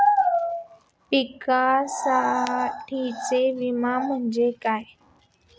पिकांसाठीचा विमा म्हणजे काय?